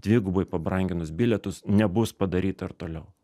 dvigubai pabranginus bilietus nebus padaryta ir toliau